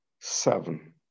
seven